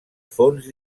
fonts